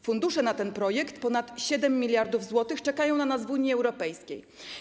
Fundusze na ten projekt, ponad 7 mld zł, czekają na nas w Unii Europejskiej.